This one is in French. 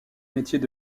métiers